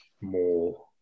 more